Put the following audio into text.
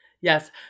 Yes